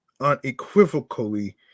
unequivocally